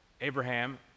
Abraham